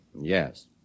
Yes